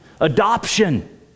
Adoption